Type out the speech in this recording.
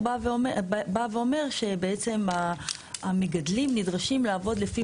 הוא בא ואומר שבעצם המגדלים נדרשים לעבוד לפי